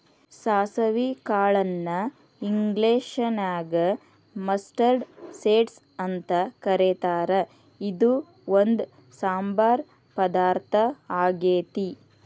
ಸಾಸವಿ ಕಾಳನ್ನ ಇಂಗ್ಲೇಷನ್ಯಾಗ ಮಸ್ಟರ್ಡ್ ಸೇಡ್ಸ್ ಅಂತ ಕರೇತಾರ, ಇದು ಒಂದ್ ಸಾಂಬಾರ್ ಪದಾರ್ಥ ಆಗೇತಿ